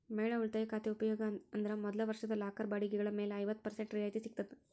ಮಹಿಳಾ ಉಳಿತಾಯ ಖಾತೆ ಉಪಯೋಗ ಅಂದ್ರ ಮೊದಲ ವರ್ಷದ ಲಾಕರ್ ಬಾಡಿಗೆಗಳ ಮೇಲೆ ಐವತ್ತ ಪರ್ಸೆಂಟ್ ರಿಯಾಯಿತಿ ಸಿಗ್ತದ